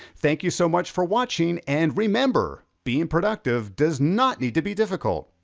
thank you so much for watching, and remember, being productive does not need to be difficult.